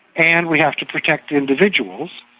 and we have to protect individuals.